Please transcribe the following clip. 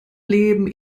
leben